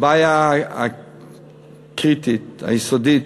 הבעיה הקריטית, היסודית,